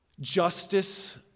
Justice